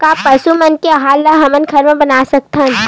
का पशु मन के आहार ला हमन घर मा बना सकथन?